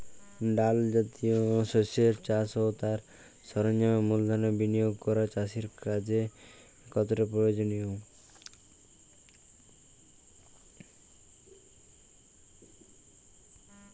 ডাল জাতীয় শস্যের চাষ ও তার সরঞ্জামের মূলধনের বিনিয়োগ করা চাষীর কাছে কতটা প্রয়োজনীয়?